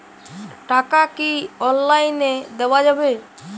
টাকা কি অনলাইনে দেওয়া যাবে?